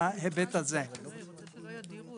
אנחנו צריכים למצוא איזה שביל שמתחשב.